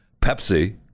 Pepsi